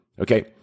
Okay